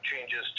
changes